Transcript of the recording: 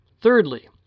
Thirdly